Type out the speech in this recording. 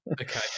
okay